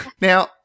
Now